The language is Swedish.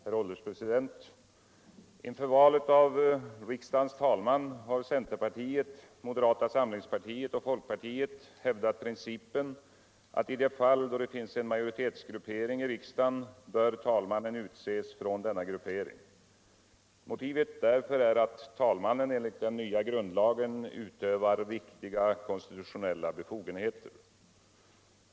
Herr ålderspresident! Inför vatet av riksdagens talman har centerpartiet, moderata samlingspartiet och folkpartiet hävdat principen att i det fall då det finns en majoritetsgruppering i riksdagen bör talmannen utses från denna gruppering. Motivet därför är att talmannen enligt den nya grundlagen utövar viktiga konstitutionella befogenheter.